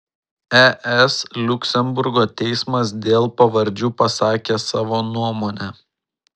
es liuksemburgo teismas dėl pavardžių pasakė savo nuomonę